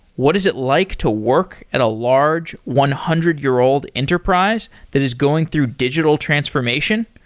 what is it like to work at a large one hundred year old enterprise that is going through digital transformation?